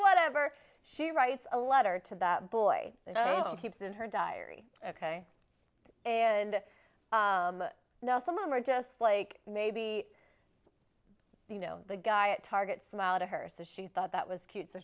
whatever she writes a letter to that boy keeps in her diary ok and now some of them are just like maybe you know the guy at target smiled at her so she thought that was cute so